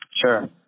Sure